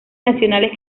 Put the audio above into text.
nacionales